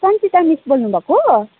Sanchita miss बोल्नुभएको